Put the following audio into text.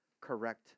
correct